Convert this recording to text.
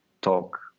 talk